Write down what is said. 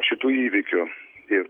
šitų įvykių ir